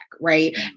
right